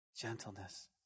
Gentleness